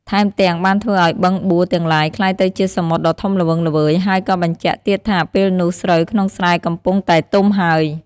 ថែមទាំង បានធ្វើឱ្យបឹងបួរទាំងឡាយក្លាយទៅជាសមុទ្រដ៏ធំល្វឹងល្វើយហើយក៏បញ្ជាក់ទៀតថាពេលនោះស្រូវក្នុងស្រែកំពុងតែទុំហើយ។